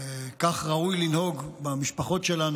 כך ראוי לנהוג במשפחות שלנו,